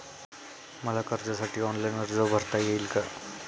मला कर्जासाठी ऑनलाइन अर्ज भरता येईल का?